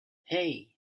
hey